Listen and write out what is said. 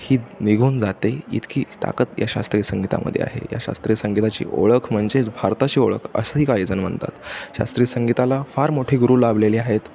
ही निघून जाते इतकी ताकद या शास्त्रीय संगीतामध्ये आहे या शास्त्रीय संगीताची ओळख म्हणजेच भारताची ओळख असंही काही जण म्हणतात शास्त्रीय संगीताला फार मोठे गुरू लाभलेले आहेत